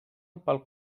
pel